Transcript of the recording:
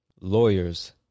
Lawyers